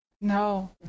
no